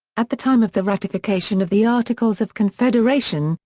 at the time of the ratification of the articles of confederation,